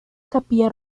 capilla